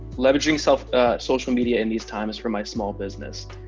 leveraging so social media in these times for my small business.